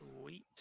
sweet